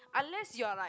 unless you are like